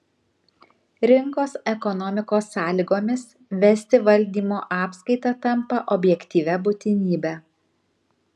rinkos ekonomikos sąlygomis vesti valdymo apskaitą tampa objektyvia būtinybe